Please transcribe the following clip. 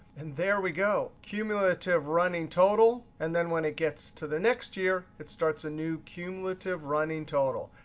and there we go. cumulative running total. and then when it gets to the next year, it starts a new cumulative running total.